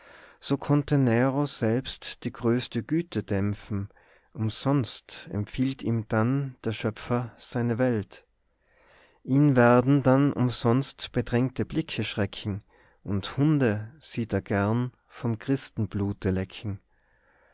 so konnte nero selbst die größte güte dämpfen umsonst empfiehlt ihm dann der schöpfer seine welt ihn werden dann umsonst bedrängte blicke schrecken und hunde sieht er gern vom